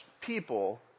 people